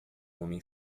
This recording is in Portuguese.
homem